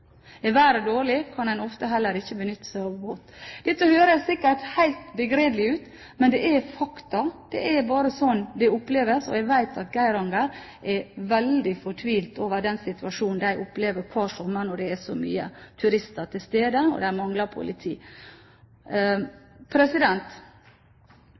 Er været dårlig, kan en ofte heller ikke benytte seg av båt. Dette høres sikkert helt begredelig ut, men det er fakta – det er bare slik det oppleves. Og jeg vet at man i Geiranger er veldig fortvilet over den situasjonen de opplever hver sommer, når det er så mange turister til stede og de mangler